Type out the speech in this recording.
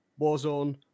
Warzone